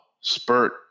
spurt